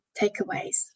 takeaways